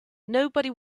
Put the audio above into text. nobody